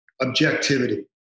objectivity